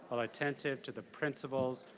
while attentive to the principles